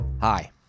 Hi